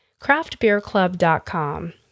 craftbeerclub.com